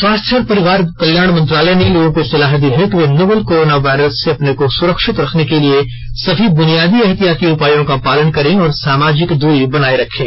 स्वास्थ्य और परिवार कल्याण मंत्रालय ने लोगों को सलाह दी है कि वे नोवल कोरोना वायरस से अपने को सुरक्षित रखने के लिए सभी बुनियादी एहतियाती उपायों का पालन करें और सामाजिक दूरी बनाए रखें